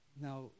Now